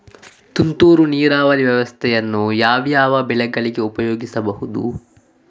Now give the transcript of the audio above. ತುಂತುರು ನೀರಾವರಿ ವ್ಯವಸ್ಥೆಯನ್ನು ಯಾವ್ಯಾವ ಬೆಳೆಗಳಿಗೆ ಉಪಯೋಗಿಸಬಹುದು?